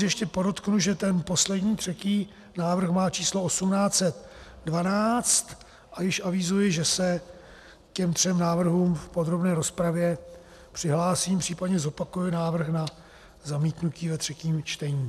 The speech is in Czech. Ještě podotknu, že ten poslední, třetí návrh má číslo 1812, a již avizuji, že se k těm třem návrhům v podrobné rozpravě přihlásím, případně zopakuji návrh na zamítnutí ve třetím čtení.